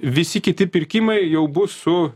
visi kiti pirkimai jau bus su